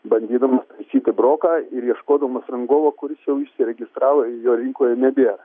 bandydamas taisyti broką ir ieškodamas rangovo kuris jau išsiregistravo ir jo rinkoje nebėra